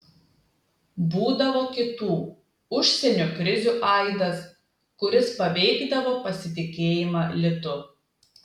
būdavo kitų užsienio krizių aidas kuris paveikdavo pasitikėjimą litu